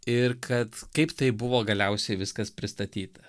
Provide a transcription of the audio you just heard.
ir kad kaip tai buvo galiausiai viskas pristatyta